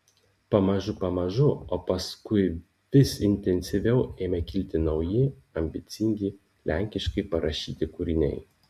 pamažu pamažu o paskui vis intensyviau ėmė kilti nauji ambicingi lenkiškai parašyti kūriniai